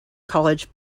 college